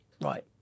Right